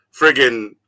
friggin